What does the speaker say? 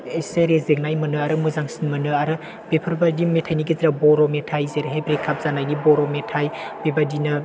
एसे रेजेंनाय मोनो आरो मोजांसिन मोनो आरो बेफोरबायदि मेथाइनि गेजेराव बर' मेथाइ जेरैहाय ब्रेकआप जानायनि बर' मेथाइ बेबायदिनो